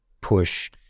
push